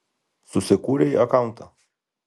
susikūrei akauntą